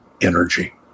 energy